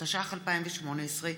התשע"ח 2018,